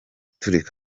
turi